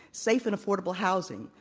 safe and affordable housing,